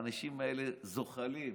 האנשים האלה זוחלים.